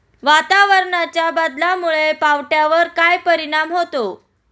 वातावरणाच्या बदलामुळे पावट्यावर काय परिणाम होतो?